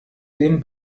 dem